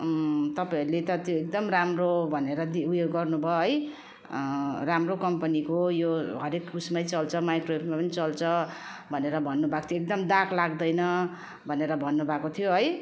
तपाईँहरूले त त्यो एकदम राम्रो भनेर उयो गर्नु भयो है राम्रो कम्पनीको यो हरएक उयसमै चल्छ माइक्रोवेभमा पनि चल्छ भनेर भन्नु भएको थियो एकदम दाग लाग्दैन भनेर भन्नु भएको थियो है